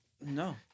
No